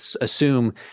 assume